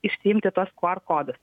išsiimti tuos qr kodus